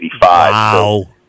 Wow